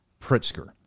Pritzker